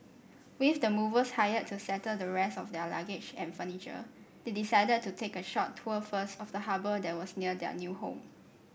with the movers hired to settle the rest of their luggage and furniture they decided to take a short tour first of the harbour that was near their new home